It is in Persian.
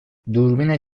دوربین